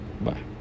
bye